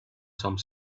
some